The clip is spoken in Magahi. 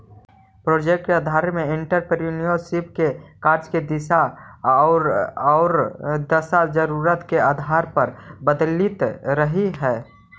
प्रोजेक्ट आधारित एंटरप्रेन्योरशिप के कार्य के दिशा औउर दशा जरूरत के आधार पर बदलित रहऽ हई